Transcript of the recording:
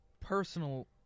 ...personal